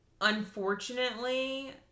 unfortunately